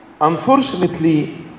Unfortunately